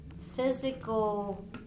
physical